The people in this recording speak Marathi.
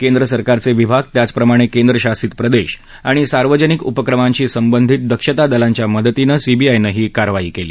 केंद्र सरकारचे विभाग त्याचप्रमाणे केंद्रशासित प्रदेश आणि सार्वजनिक उपक्रमांशी संबंधित दक्षता दलांच्या मदतीनं सीबीआयनं ही कारवाई केली